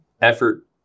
effort